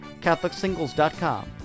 catholicsingles.com